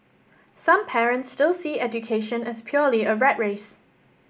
some parents still see education as purely a rat race